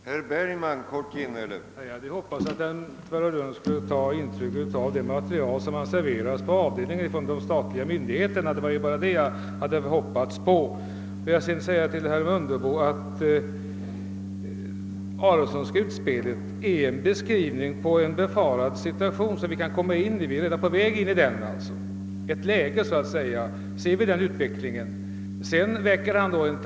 Herr talman! Jag hade hoppats att herr Nilsson i Tvärålund skulle ta intryck av det material som han serverats på utskottsavdelningen från de statliga myndigheterna. Får jag sedan säga till herr Mundebo att det Aronsonska utspelet är en beskrivning på en befarad situation som kan uppstå. Vi är redan på väg in i ett sådant läge. Vi kan se utvecklingen gå 1 den riktningen.